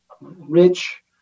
rich